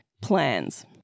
plans